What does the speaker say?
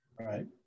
Right